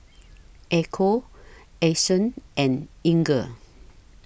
Echo Ason and Inger